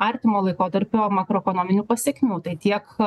artimo laikotarpio makroekonominių pasekmių tai tiek